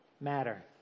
matter